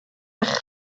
eich